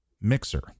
Mixer